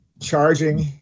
charging